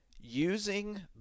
using